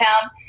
town